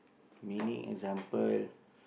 meaning example